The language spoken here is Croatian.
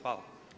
Hvala.